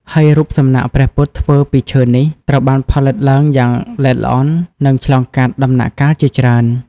ហើយរូបសំណាកព្រះពុទ្ធធ្វើពីឈើនេះ ត្រូវបានផលិតឡើងយ៉ាងល្អិតល្អន់ និងឆ្លងកាត់ដំណាក់កាលជាច្រើន។